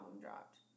dropped